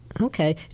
Okay